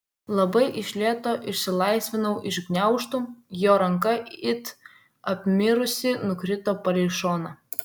labai iš lėto išsilaisvinau iš gniaužtų jo ranka it apmirusi nukrito palei šoną